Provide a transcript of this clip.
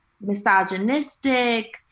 misogynistic